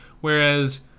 Whereas